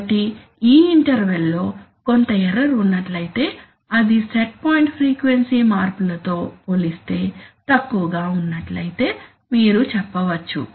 కాబట్టి ఈ ఇంటర్వెల్ లో కొంత ఎర్రర్ ఉన్నట్లయితే అది సెట్ పాయింట్ ఫ్రీక్వెన్సీ మార్పుల తో పోలిస్తే తక్కువగా ఉన్నట్లయితే మీరు చెప్పవచ్చు